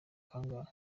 kangahe